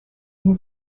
une